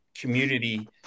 community